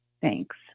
Thanks